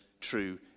true